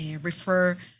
refer